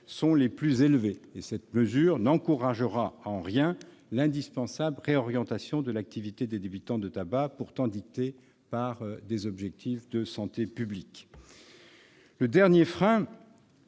sont les plus élevés. Cette mesure n'encouragera en rien l'indispensable réorientation de l'activité des débitants de tabac, pourtant dictée par nos objectifs de santé publique. Le dernier frein